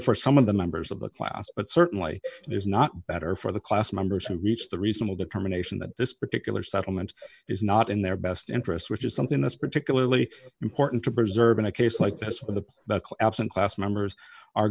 for some of the members of the class but certainly it is not better for the class members who reached the reasonable determination that this particular settlement is not in their best interest which is something that's particularly important to preserve in a case like this when the absent class members are